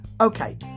Okay